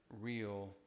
real